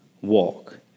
walk